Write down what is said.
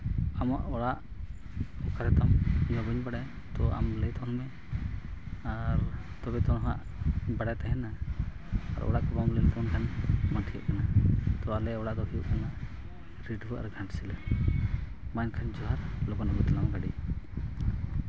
ᱟᱢᱟᱜ ᱚᱲᱟᱜ ᱚᱠᱟᱨᱮᱛᱟᱢ ᱤᱧᱢᱟ ᱵᱟᱹᱧ ᱵᱟᱲᱟᱭᱟ ᱛᱚ ᱟᱢ ᱞᱟᱹᱭ ᱛᱟᱵᱚᱱᱢᱮ ᱟᱨ ᱛᱚᱵᱮ ᱛᱚ ᱱᱟᱦᱟᱜ ᱵᱟᱲᱟᱭ ᱛᱟᱦᱮᱱᱟ ᱟᱨ ᱚᱲᱟ ᱠᱚ ᱵᱟᱢ ᱞᱟᱹᱭ ᱛᱟᱵᱚᱱ ᱠᱷᱟᱱ ᱵᱟᱝ ᱴᱷᱤᱠᱟᱹᱜ ᱠᱟᱱᱟ ᱛᱚ ᱟᱞᱮ ᱚᱲᱟᱜ ᱫᱚ ᱦᱩᱭᱩᱜ ᱠᱟᱱᱟ ᱨᱤᱰᱷᱟᱹᱣᱟ ᱟᱨ ᱜᱷᱟᱴᱥᱤᱞᱟᱹ ᱢᱟ ᱮᱱᱠᱷᱟᱱ ᱡᱚᱦᱟᱨ ᱞᱚᱜᱚᱱ ᱟᱹᱜᱩᱭ ᱛᱟᱞᱟᱜ ᱢᱮ ᱜᱟᱹᱰᱤ